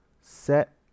set